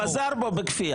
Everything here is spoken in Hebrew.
בסדר, הוא חזר בו בכפייה.